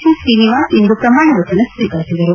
ಸಿತ್ರೀನಿವಾಸ ಇಂದು ಪ್ರಮಾಣವಚನ ಸ್ವೀಕರಿಸಿದರು